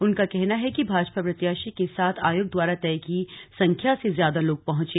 उनका कहना है कि भाजपा प्रत्याशी के साथ आयोग द्वारा तय की संख्या से ज्यादा लोग पहंचे